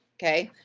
okay?